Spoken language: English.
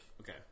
okay